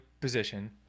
position